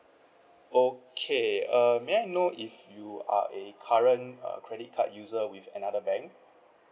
okay err may I know if you are a current uh credit card user with another bank